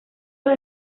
los